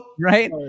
Right